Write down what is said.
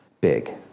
Big